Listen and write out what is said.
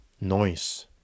noise